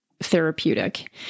therapeutic